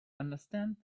understand